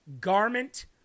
garment